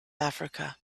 africa